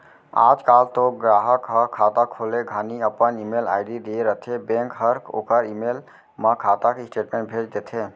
आज काल तो गराहक ह खाता खोले घानी अपन ईमेल आईडी दिए रथें बेंक हर ओकर ईमेल म खाता के स्टेटमेंट भेज देथे